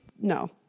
no